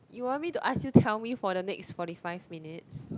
you want me to ask you tell me for the next forty five minutes